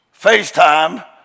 FaceTime